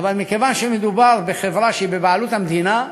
אבל מכיוון שמדובר בחברה שהיא בבעלות המדינה,